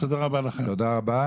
תודה רבה.